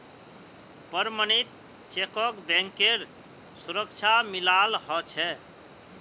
प्रमणित चेकक बैंकेर सुरक्षा मिलाल ह छे